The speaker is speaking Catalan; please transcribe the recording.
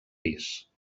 pis